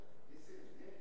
3,